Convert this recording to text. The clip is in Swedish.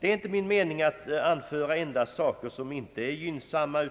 Det är inte min mening att endast anföra saker som inte är gynnsamma.